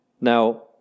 Now